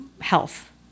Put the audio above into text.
health